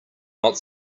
not